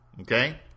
okay